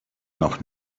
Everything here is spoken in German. noch